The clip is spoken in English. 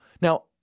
Now